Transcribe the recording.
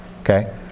okay